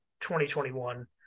2021